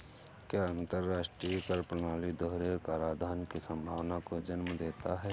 क्या अंतर्राष्ट्रीय कर प्रणाली दोहरे कराधान की संभावना को जन्म देता है?